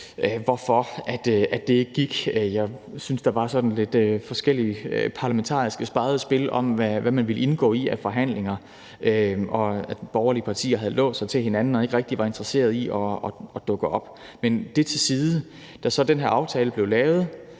hvorfor det ikke gik. Jeg synes, at der var sådan lidt forskellige parlamentariske, spegede spil om, hvad man ville indgå i af forhandlinger, og at borgerlige partier havde lovet sig til hinanden og ikke rigtig var interesserede i at dukke op. Men det til side. Da så den her aftale blev lavet,